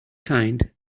kind